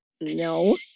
No